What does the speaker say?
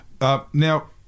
Now